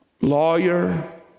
lawyer